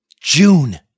June